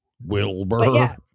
Wilbur